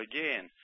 again